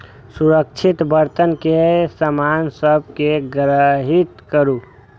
सुरक्षित बर्तन मे सामान सभ कें संग्रहीत करू